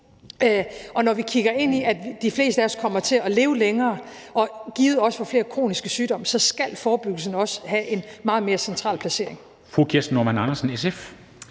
Og når vi kigger ind i, at de fleste af os kommer til at leve længere og givet også får flere kroniske sygdomme, skal forebyggelsen også have en meget mere central placering.